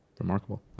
remarkable